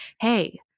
hey